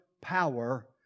power